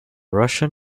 russian